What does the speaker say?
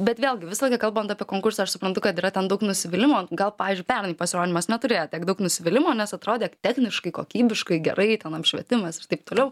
bet vėlgi visą laiką kalbant apie konkursą aš suprantu kad yra ten daug nusivylimo gal pavyzdžiui pernai pasirodymas neturėjo tiek daug nusivylimo nes atrodė techniškai kokybiškai gerai ten apšvietimas ir taip toliau